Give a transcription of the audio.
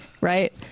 Right